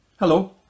Hello